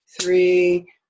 three